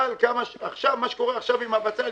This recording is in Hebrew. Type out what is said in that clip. מה שקורה עכשיו עם הבצל,